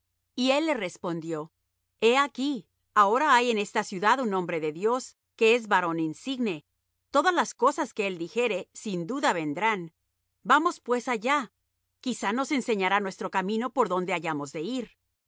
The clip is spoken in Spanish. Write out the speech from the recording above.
y él le respondió he aquí ahora hay en esta ciudad un hombre de dios que es varón insigne todas las cosas que él dijere sin duda vendrán vamos pues allá quizá nos enseñará nuestro camino por donde hayamos de ir